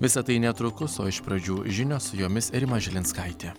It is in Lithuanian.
visa tai netrukus o iš pradžių žinios jomis rima žilinskaitė